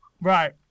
Right